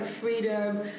freedom